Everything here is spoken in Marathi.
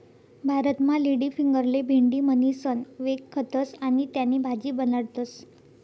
भारतमा लेडीफिंगरले भेंडी म्हणीसण व्यकखतस आणि त्यानी भाजी बनाडतस